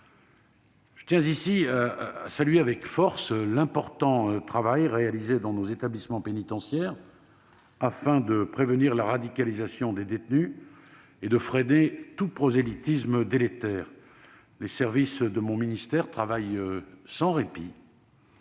Je tiens ici à saluer avec force l'important travail réalisé dans nos établissements pénitentiaires pour prévenir la radicalisation des détenus et de freiner tout prosélytisme délétère. Les services de mon ministère travaillent sans répit